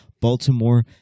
Baltimore